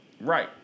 Right